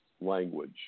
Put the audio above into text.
language